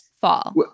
fall